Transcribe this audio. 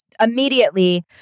immediately